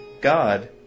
God